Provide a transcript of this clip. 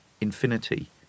infinity